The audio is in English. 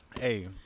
Hey